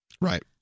Right